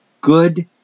Good